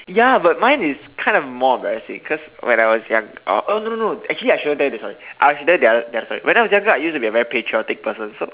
ya but mine is kinda more embarrassing cause when I was young uh oh no no no actually I shouldn't tell you this story I should tell you the other the other story when I was younger I used to be a very patriotic person so